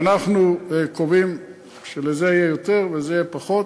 ואנחנו קובעים שלזה יהיה יותר ולזה יהיה פחות.